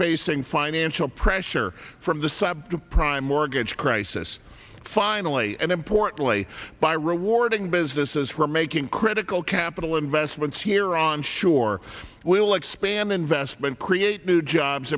facing financial pressure from the subprime mortgage crisis finally and importantly by rewarding businesses for making critical capital investments here onshore will expand investment create